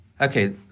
Okay